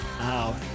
out